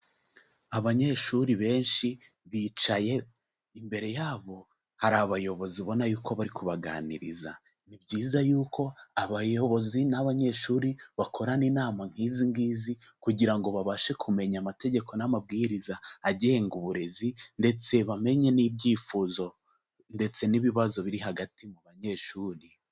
Abanyeshuri benshi bicaye imbere yabo hari abayobozi ubona y'uko bari kubaganiriza, ni byiza y'uko abayobozi n'abanyeshuri bakorana inama nk'izi ngizi kugira ngo babashe kumenya amategeko n'amabwiriza agenga uburezi ndetse bamenye n'ibyifuzo ndetse n'ibibazo biri hagati mu banyeshuri.